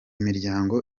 miryango